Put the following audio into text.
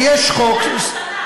ויש חוק,